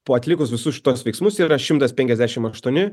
po atlikus visus šituos veiksmus yra šimtas penkiasdešim aštuoni